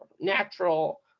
natural